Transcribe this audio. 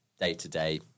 day-to-day